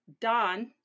Don